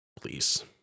Please